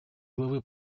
главы